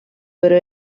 però